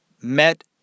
Met